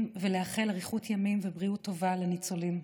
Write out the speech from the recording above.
ולאחל אריכות ימים ובריאות טובה לניצולים.